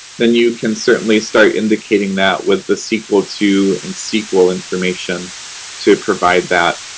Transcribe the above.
then you can certainly start indicating that with the sequel to and sequel information to provide that.